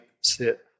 sit